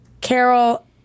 Carol